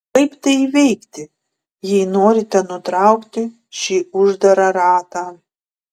kaip tai įveikti jei norite nutraukti šį uždarą ratą